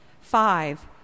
Five